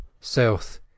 south